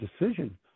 decision